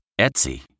Etsy